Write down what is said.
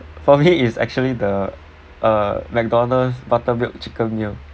for me it's actually the uh mcdonald's buttermilk chicken meal